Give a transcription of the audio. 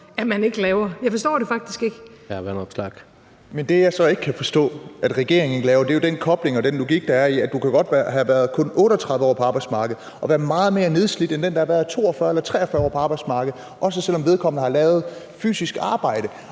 Vanopslagh. Kl. 22:43 Alex Vanopslagh (LA): Det, jeg så ikke kan forstå, at regeringen ikke laver, er den kobling og den logik, der er i, at du godt kan have været kun 38 år på arbejdsmarkedet og være meget mere nedslidt end den, der har været 42 år eller 43 år på arbejdsmarkedet, også selv om vedkommende har lavet fysisk arbejde.